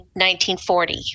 1940